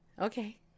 Okay